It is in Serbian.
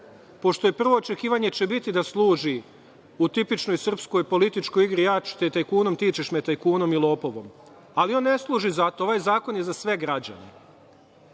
pošto prvo očekivanje će biti da služi u tipičnoj srpskoj političkoj igri ja ću te tajkunom, ti ćeš me tajkunom i lopovom, ali on ne služi za to. Ovaj zakon je za sve građane